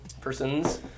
persons